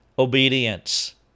Obedience